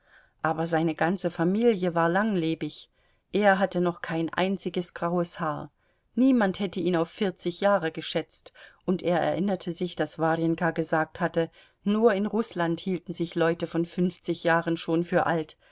aber seine ganze familie war langlebig er hatte noch kein einziges graues haar niemand hätte ihn auf vierzig jahre geschätzt und er erinnerte sich daß warjenka gesagt hatte nur in rußland hielten sich leute von fünfzig jahren schon für alt